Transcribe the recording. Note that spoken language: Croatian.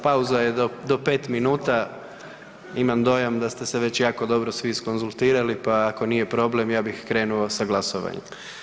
Pauza je do 5 minuta, imam dojam da ste se već jako dobro svi izkonzultirali, pa ako nije problem, ja bih krenuo sa glasovanjem.